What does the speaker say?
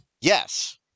Yes